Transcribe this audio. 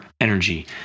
energy